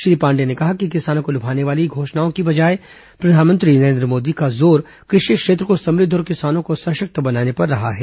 श्री पांडेय ने कहा कि किसानों को लुभाने वाली घोषणाओं की बजाय प्रधानमंत्री नरें द्र मोदी का जोर कृ षि क्षेत्र को समृद्ध और किसानों को सशक्त बनाने पर रहा है